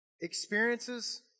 experiences